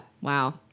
wow